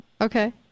Okay